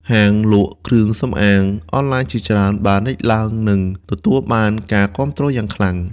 ហាងលក់គ្រឿងសម្អាងអនឡាញជាច្រើនបានលេចឡើង និងទទួលបានការគាំទ្រយ៉ាងខ្លាំង។